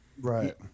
Right